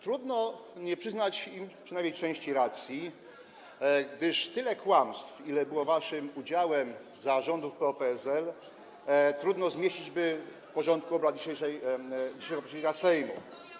Trudno nie przyznać im przynajmniej części racji, gdyż tyle kłamstw, ile było waszym udziałem za rządów PO-PSL, trudno by zmieścić w porządku obrad dzisiejszego posiedzenia Sejmu.